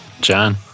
John